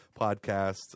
podcast